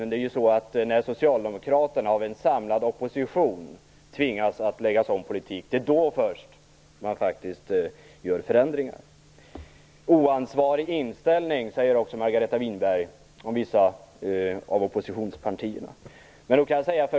Det är först när Socialdemokraterna av en samlad opposition tvingas att lägga om politiken som de gör förändringar. Margareta Winberg säger också att vissa av oppositionspartierna har en oansvarig inställning.